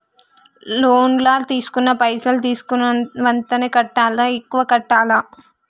Loan లా తీస్కున్న పైసల్ కి తీస్కున్నంతనే కట్టాలా? ఎక్కువ కట్టాలా?